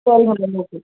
சரி madam okay